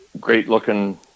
Great-looking